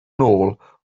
nôl